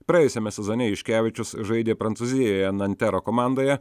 praėjusiame sezone juškevičius žaidė prancūzijoje nantero komandoje